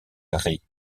rit